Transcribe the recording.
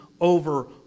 over